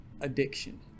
addiction